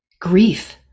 Grief